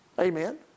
Amen